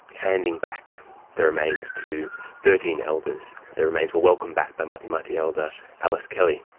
handing back the remains to thirteen elders. the remains were welcomed back by mutthi mutthi elder alice kelly.